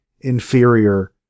inferior